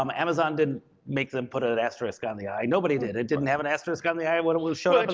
um amazon didn't make them put an asterisk on the i, nobody did, it didn't have an asterisk on the i when it was shown like